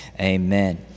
amen